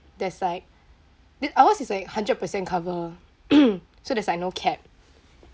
there's like ours is like hundred percent cover so there's like no cap